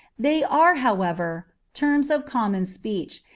they are, however, terms of common speech,